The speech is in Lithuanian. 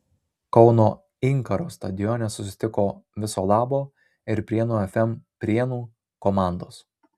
kauno inkaro stadione susitiko viso labo ir prienų fm prienų komandos